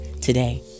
today